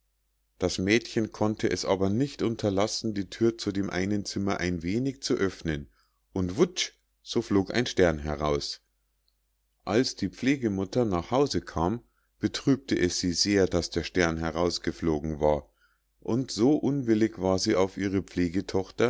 das mädchen konnte es aber nicht unterlassen die thür zu dem einen zimmer ein wenig zu öffnen und wutsch so flog ein stern heraus als die pflegemutter nach hause kam betrübte es sie sehr daß der stern herausgeflogen war und so unwillig war sie auf ihre